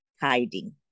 hiding